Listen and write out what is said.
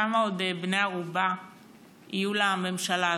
כמה עוד בני ערובה יהיו לממשלה הזאת?